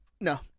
No